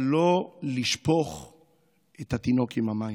אבל לא לשפוך את התינוק עם המים.